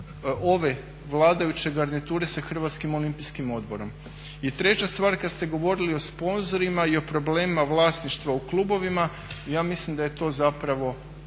ove vladajuće garniture sa HOO-om? I treća stvar, kad ste govorili o sponzorima i o problemima vlasništva u klubovima ja mislim da su te dvije